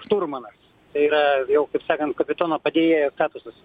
šturmanas tai yra jau kaip sakant kapitono padėjėjo statusas